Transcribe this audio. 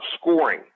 scoring